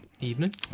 Evening